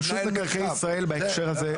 רשות מקרקעי ישראל בהקשר הזה,